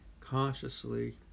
consciously